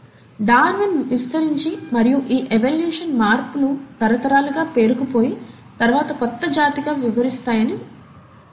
Darwin విస్తరించి మరియు ఈ ఎవల్యూషన్ మార్పులు తరతరాలుగా పేరుకుపోయి తరువాత కొత్త జాతిగా విస్తరిస్తాయని వివరించాడు